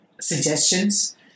suggestions